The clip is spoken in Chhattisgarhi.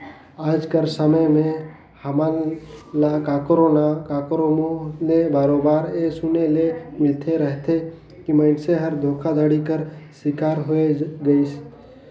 आएज कर समे में हमन ल काकरो ना काकरो मुंह ले बरोबेर ए सुने ले मिलते रहथे कि मइनसे हर धोखाघड़ी कर सिकार होए गइस